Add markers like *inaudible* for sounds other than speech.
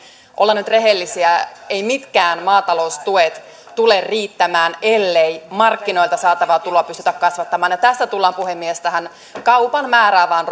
ollaan nyt rehellisiä eivät mitkään maataloustuet tule riittämään ellei markkinoilta saatavaa tuloa pystytä kasvattamaan tässä tullaan puhemies tähän kaupan määräävään *unintelligible*